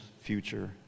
future